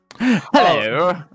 Hello